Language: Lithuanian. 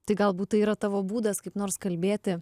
tai galbūt tai yra tavo būdas kaip nors kalbėti